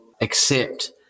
accept